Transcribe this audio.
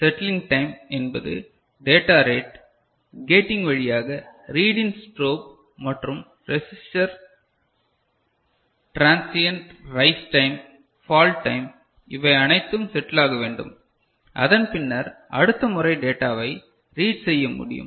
settling time என்பது data rate gating வழியாக read in strobe மற்றும் resistor transient rise time fall time இவை அனைத்தும் செட்டிலாக வேண்டும் அதன் பின்னர் அடுத்த முறை டேட்டாவை ரீட் செய்ய முடியும்